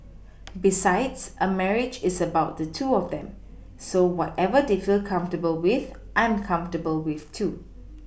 besides a marriage is about the two of them so whatever they feel comfortable with I'm comfortable with too